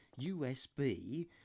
USB